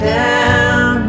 down